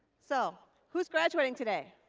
so who's graduating today?